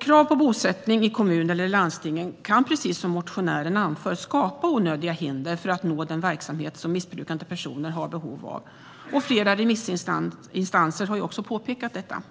Krav på bosättning i kommunen eller i landstinget kan, precis som motionären anför, skapa onödiga hinder när det gäller att nå den verksamhet som missbrukande personer har behov av. Flera remissinstanser har också påpekat detta.